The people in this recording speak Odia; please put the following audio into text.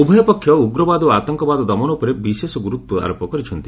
ଉଭୟ ପକ୍ଷ ଉଗ୍ରବାଦ ଓ ଆତଙ୍କବାଦ ଦମନ ଉପରେ ବିଶେଷ ଗୁରୁତ୍ୱ ଆରୋପ କରିଛନ୍ତି